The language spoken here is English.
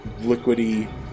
liquidy